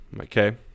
Okay